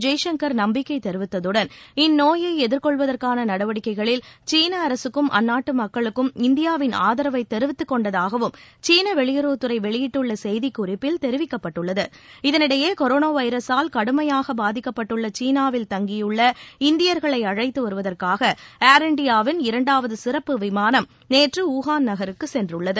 ஜெய்சங்கர் நம்பிக்கை தெரிவித்ததுடன் இந்நோயை எதிர்கொள்வதற்கான நடவடிக்கைகளில் சீன அரசுக்கும் அந்நாட்டு மக்களுக்கும் இந்தியாவின் ஆதரவை தெரிவித்துக் கொண்டதாகவும் சீன வெளியுறவுத்துறை வெளியிட்டுள்ள செய்திக் குறிப்பில் தெரிவிக்கப்பட்டுள்ளது இதனிடையே கொரோனா வைரஸால் கடுமையாக பாதிக்கப்பட்டுள்ள சீனாவில் தங்கியுள்ள இந்தியர்களை அழைத்து வருவதற்காக ஏர் இண்டியாவின் இரண்டாவது சிறப்பு விமானம் நேற்று வூஹான் நகருக்குச் சென்றுள்ளது